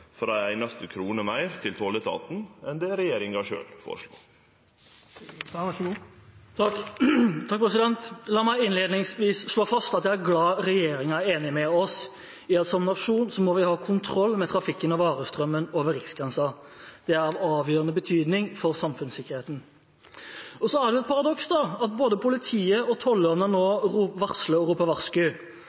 til tolletaten enn det regjeringa sjølv føreslo. La meg innledningsvis slå fast at jeg er glad for at regjeringen er enig med oss i at som nasjon må vi ha kontroll med trafikken og varestrømmen over riksgrensen. Det er av avgjørende betydning for samfunnssikkerheten. Så er det et paradoks at både politiet og tollerne nå